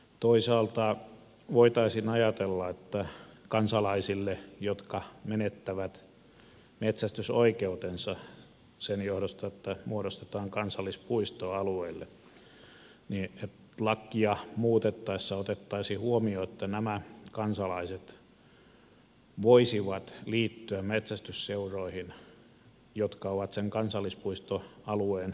toisaalta voitaisiin ajatella että kansalaisille jotka menettävät metsästysoikeutensa sen johdosta että muodostetaan kansallispuisto alueelle lakia muutettaessa otettaisiin huomioon että nämä kansalaiset voisivat liittyä metsästysseuroihin jotka ovat sen kansallispuistoalueen reunoilla